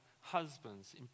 husbands